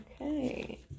okay